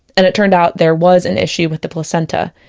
and it turned out there was an issue with the placenta.